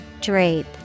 Drape